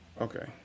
Okay